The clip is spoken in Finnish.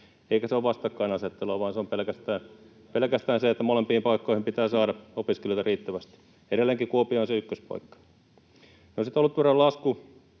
Eikä se ole vastakkainasettelua, vaan se on pelkästään se, että molempiin paikkoihin pitää saada opiskelijoita riittävästi. Edelleenkin Kuopio on se ykköspaikka No sitten olutveron lasku,